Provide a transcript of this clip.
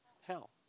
hell